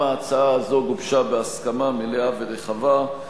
גם ההצעה הזאת גובשה בהסכמה מלאה ורחבה,